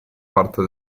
parte